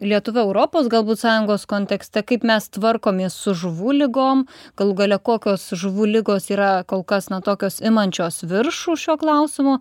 lietuva europos galbūt sąjungos kontekste kaip mes tvarkomės su žuvų ligom galų gale kokios žuvų ligos yra kol kas na tokios imančios viršų šio klausimo